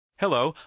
hello.